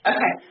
Okay